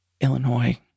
Illinois